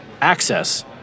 Access